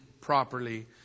properly